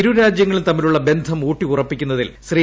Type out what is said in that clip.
ഇരുരാജ്യങ്ങളും തമ്മിലുള്ള ബന്ധം ഊട്ടി ഉറപ്പിക്കുന്നതിൽ ശ്രീ